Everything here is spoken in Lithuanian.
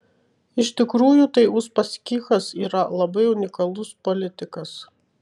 iš tikrųjų tai uspaskichas yra labai unikalus politikas